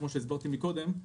כפי שהסברתי קודם,